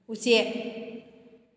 ꯎꯆꯦꯛ